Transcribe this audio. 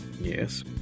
Yes